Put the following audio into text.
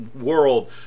world